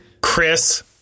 Chris